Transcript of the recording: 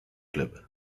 club